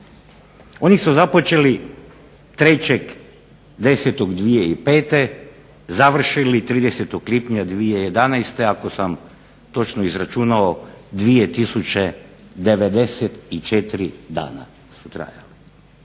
Oni su započeli 3.10.2005., završili 30. lipnja 2011. ako sam točno izračunao 2094 dana su trajali.